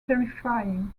terrifying